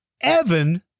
Evan